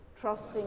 trusting